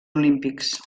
olímpics